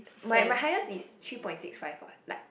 my my highest is three point six five what like